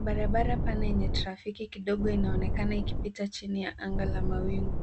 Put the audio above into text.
Barabara pana yenye trafiki kidogo inaonekana ikipita chini ya anga la mawingu.